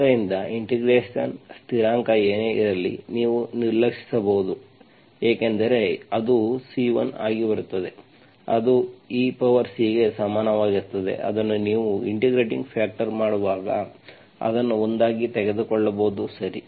ಆದ್ದರಿಂದ ಇಂಟಿಗ್ರೇಷನ್ ಸ್ಥಿರಾಂಕ ಏನೇ ಇರಲಿ ನೀವು ನಿರ್ಲಕ್ಷಿಸಬಹುದು ಏಕೆಂದರೆ ಅದು C1 ಆಗಿ ಬರುತ್ತದೆ ಅದು e ಪವರ್ C ಗೆ ಸಮನಾಗಿರುತ್ತದೆ ಅದನ್ನು ನೀವು ಇಂಟಿಗ್ರೇಟಿಂಗ್ ಫ್ಯಾಕ್ಟರ್ ಮಾಡುವಾಗ ಅದನ್ನು ಒಂದಾಗಿ ತೆಗೆದುಕೊಳ್ಳಬಹುದು ಸರಿ